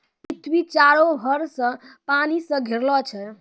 पृथ्वी चारु भर से पानी से घिरलो छै